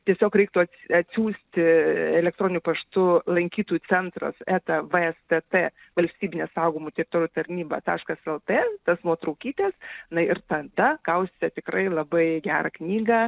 tiesiog reiktų atsiųsti elektroniniu paštu lankytojų centras eta vstt valstybinė saugomų teritorijų tarnyba taškas lt tas nuotraukyte na ir tada gausite tikrai labai gerą knygą